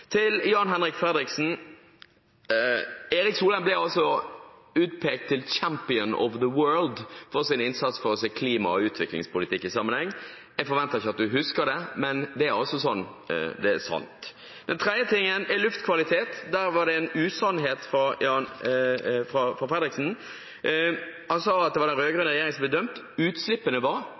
Fredriksen: Erik Solheim ble utpekt til «champion of the world» for sin innsats for å se klima og utviklingspolitikk i sammenheng. Jeg forventer ikke at representanten husker det, men det er altså sant. Den tredje tingen er luftkvalitet. Der var det en usannhet fra Jan-Henrik Fredriksen. Han sa at det var den rød-grønne regjeringen som ble dømt. Utslippene var